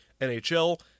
NHL